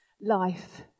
life